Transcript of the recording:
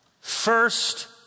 First